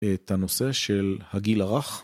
את הנושא של הגיל הרך.